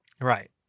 Right